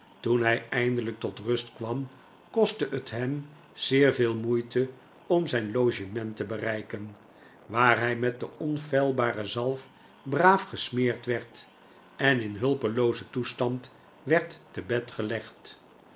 toen hij eindelijk tot rust kwam kostte het hem zeer veel moeite om zijn logement te bereiken waar hg met de onfeilbare zalf braaf gesmeerd werd en in hulpeloozen toestand werd te bed gelegd